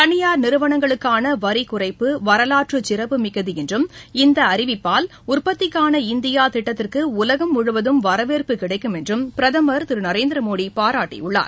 தனியார் நிறுவனங்களுக்கான வரிக்குறைப்பு வரவாற்றுச் சிறப்புமிக்கது என்றும் இந்த அறிவிப்பால் உற்பத்திக்கான இந்தியா திட்டத்திற்கு உலகம் முழுவதும் வரவேற்பு கிடைக்கும் என்றும் பிரதமர் திரு நரேந்திர மோடி பாராட்டியுள்ளார்